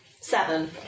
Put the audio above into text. Seven